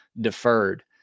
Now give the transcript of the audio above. deferred